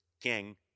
king